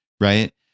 right